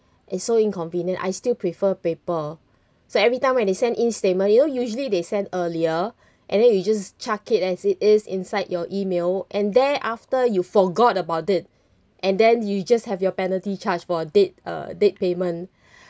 it's so inconvenient I still prefer paper so every time when they send in statement you know usually they send earlier and then you just chuck it as it is inside your email and then after you forgot about it and then you just have your penalty charge for a date uh date payment